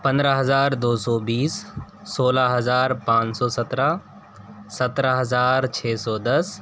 پندرہ ہزار دو سو بیس سولہ ہزار پانچ سو سترہ سترہ ہزار چھ سو دس